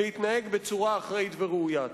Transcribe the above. להתנהג בצורה אחראית וראויה.